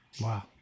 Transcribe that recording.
Wow